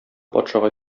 патшага